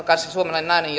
kanssa suomalainen nainen